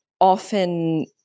often